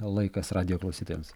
laikas radijo klausytojams